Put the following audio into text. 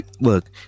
look